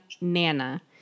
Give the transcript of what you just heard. nana